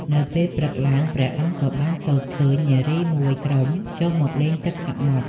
នៅពេលព្រឹកឡើង ព្រះអង្គក៏បានទតឃើញនារីមួយក្រុមចុះមកលេងទឹកសមុទ្រ។